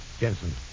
Jensen